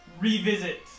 revisit